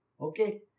Okay